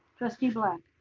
trustee black.